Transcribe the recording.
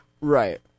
Right